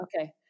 Okay